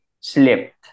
slipped